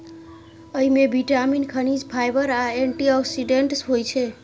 अय मे विटामिन, खनिज, फाइबर आ एंटी ऑक्सीडेंट होइ छै